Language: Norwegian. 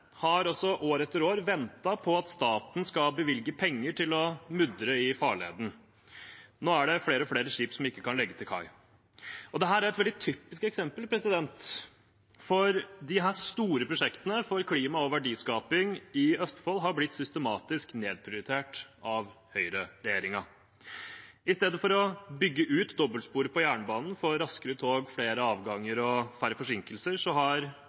har også år etter år ventet på at staten skal bevilge penger til å mudre i farleden. Nå er det flere og flere skip som ikke kan legge til kai. Dette er et veldig typisk eksempel, for disse store prosjektene for klima og verdiskaping i Østfold har blitt systematisk nedprioritert av høyreregjeringen. I stedet for å bygge ut dobbeltsporet på jernbanen for å få raskere tog, flere avganger og færre forsinkelser, har